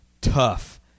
tough